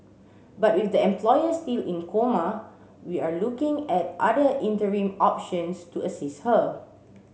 but with the employer still in coma we are looking at other interim options to assist her